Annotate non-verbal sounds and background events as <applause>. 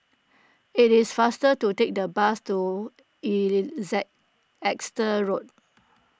it is faster to take the bus to <unintelligible> Exeter Road